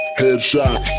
headshot